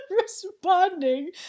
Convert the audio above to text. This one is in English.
responding